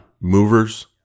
movers